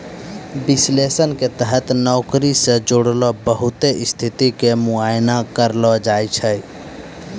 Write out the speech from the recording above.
विश्लेषण के तहत नौकरी से जुड़लो बहुते स्थिति के मुआयना करलो जाय छै